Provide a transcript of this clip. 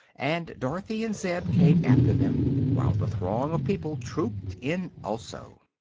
and dorothy and zeb came after them, while the throng of people trooped in also.